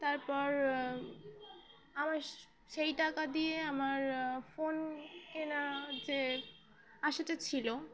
তারপর আমার সেই টাকা দিয়ে আমার ফোন কেনা যে আসাটা ছিলো